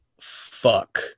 fuck